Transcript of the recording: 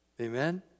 Amen